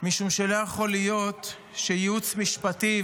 משום שלא יכול להיות שייעוץ משפטי,